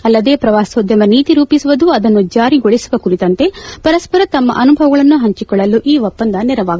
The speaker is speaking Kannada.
ಅಲ್ಲದೆ ಪ್ರವಾಸೋದ್ದಮ ನೀತಿ ರೂಪಿಸುವುದು ಅದನ್ನು ಜಾರಿಗೊಳಿಸುವ ಕುರಿತಂತೆ ಪರಸ್ಪರ ತಮ್ಮ ಅನುಭವಗಳನ್ನು ಹಂಚಿಕೊಳ್ಳಲು ಈ ಒಪ್ಪಂದ ನೆರವಾಗಲಿದೆ